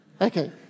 Okay